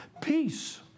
Peace